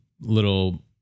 little